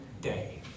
day